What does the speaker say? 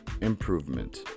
improvement